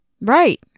Right